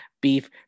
beef